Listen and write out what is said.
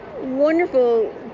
wonderful